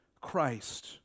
Christ